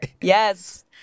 Yes